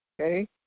Okay